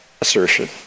assertion